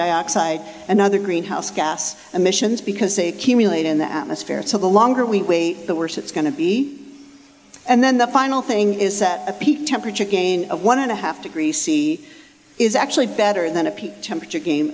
dioxide and other greenhouse gas emissions because they accumulate in the atmosphere so the longer we the worse it's going to be and then the final thing is that a peak temperature gain of one and a half degrees c is actually better than a peak temperature game